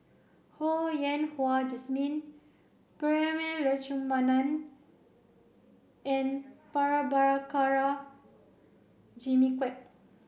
Ho Yen Wah Jesmine Prema Letchumanan and Prabhakara Jimmy Quek